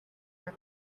her